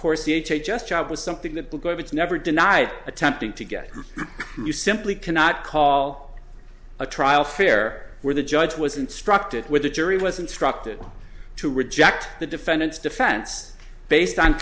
course the h h s job was something that because of its never denied attempting to get you simply cannot call a trial fair where the judge was instructed with the jury was instructed to reject the defendant's defense based on